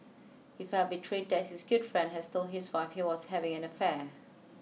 he felt betrayed that his good friend has told his wife he was having an affair